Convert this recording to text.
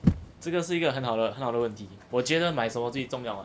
这个是一个很好的好的问题我觉得买什么最重要啊